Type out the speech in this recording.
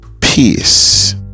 peace